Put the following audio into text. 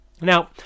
Now